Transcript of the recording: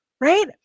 Right